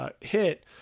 hit